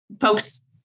folks